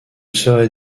serait